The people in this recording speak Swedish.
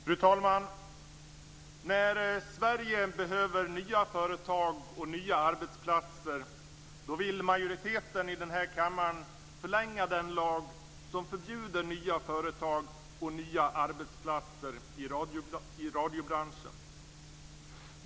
Fru talman! När Sverige behöver nya företag och nya arbetsplatser vill majoriteten i den här kammaren förlänga den lag som förbjuder nya företag och nya arbetsplatser i radiobranschen.